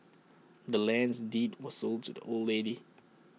the land's deed was sold to the old lady